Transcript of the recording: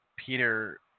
Peter